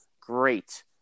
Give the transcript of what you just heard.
great